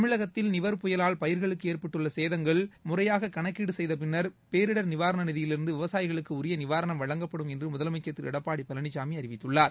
தமிழகத்தில் நிவர் புயலால் பயிர்களுக்கு ஏற்பட்டுள்ள சேதாரங்கள் முறையாக கணக்கீடு செய்த பின்னர் பேரிடர் நிவாரண நிதியிலிருந்து விவசாயிகளுக்கு உரிய நிவாரணம் வழங்கப்படும் என்று முதலமைச்சர் திரு எடப்பாடி பழனிசாமி அறிவித்துள்ளார்